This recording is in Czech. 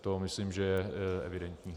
To myslím, že je evidentní.